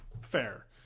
fair